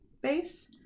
base